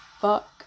fuck